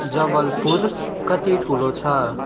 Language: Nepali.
जबलपुर कति ठुलो छ